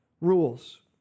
rules